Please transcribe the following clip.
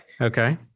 Okay